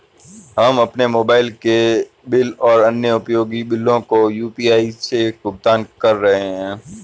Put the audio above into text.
हम अपने मोबाइल के बिल और अन्य उपयोगी बिलों को यू.पी.आई से भुगतान कर रहे हैं